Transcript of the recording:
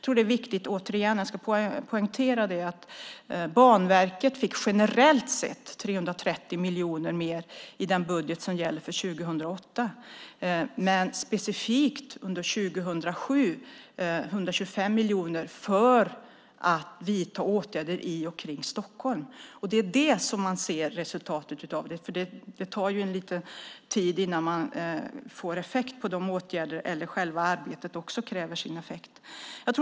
Jag vill återigen poängtera att Banverket fick generellt sett 330 miljoner mer i den budget som gäller för 2008, men specifikt 125 miljoner under 2007 för att vidta åtgärder i och kring Stockholm. Det är det som man ser resultatet av. Det tar lite tid innan åtgärderna får effekt, och själva arbetet kräver också sin effekt.